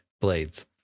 Blades